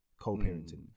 co-parenting